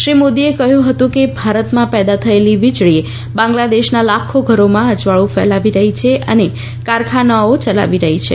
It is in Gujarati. શ્રી મોદીએ કહયું હતું કે ભારતમાં પેદા થયેલી વિજળી બાંગ્લાદેશના લાખો ઘરોમાં અજવાળુ ફેલાવી રહી છે અને કારખાનાઓ ચલાવી રહી છે